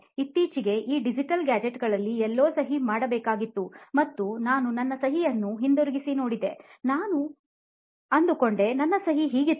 ಇತ್ತೀಚೆಗೆ ಈ ಡಿಜಿಟಲ್ ಗ್ಯಾಜೆಟ್ಗಳಲ್ಲಿ ಎಲ್ಲೋ ಸಹಿ ಮಾಡಬೇಕಾಗಿತ್ತು ಮತ್ತು ನಾನು ನನ್ನ ಸಹಿಯನ್ನು ಹಿಂತಿರುಗಿ ನೋಡಿದೆ ಮತ್ತು ನನ್ನ ಸಹಿ ಹೀಗಿತ್ತಾ